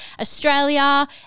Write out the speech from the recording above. Australia